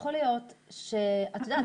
יכול להיות שאת יודעת,